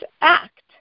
act